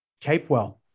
Capewell